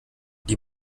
die